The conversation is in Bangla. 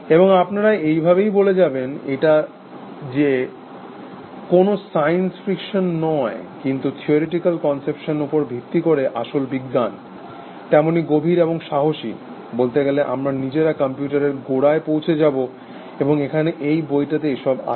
এবং আপনারা এইভাবেই বলে যাবেন এটা যে কোনো সায়েন্স ফ্রিকশন নয় কিন্তু থিওরিটিকাল কনসেপশনের ওপর ভিত্তি করে আসল বিজ্ঞান তেমনই গভীর এবং সাহসী বলতে গেলে আমরা নিজেরা কম্পিউটারের গোড়ায় পৌঁছে যাব এবং এখানে এই বইটাতে এইসব আছে